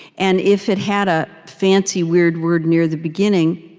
and if it had a fancy, weird word near the beginning,